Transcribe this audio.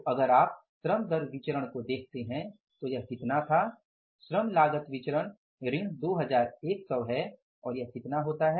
तो अगर आप श्रम दर विचरण को देखते हैं तो यह कितना था श्रम लागत विचरण ऋण 2100 है और यह कितना होता है